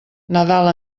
nadal